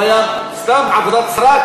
זה היה סתם עבודת סרק?